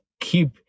keep